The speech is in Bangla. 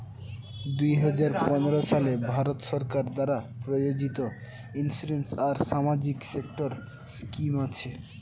দুই হাজার পনেরো সালে ভারত সরকার দ্বারা প্রযোজিত ইন্সুরেন্স আর সামাজিক সেক্টর স্কিম আছে